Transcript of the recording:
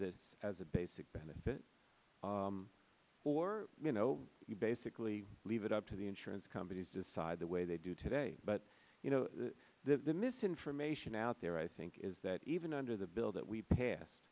this as a basic benefit or you know you basically leave it up to the insurance companies decide the way they do today but you know that the misinformation out there i think is that even under the bill that we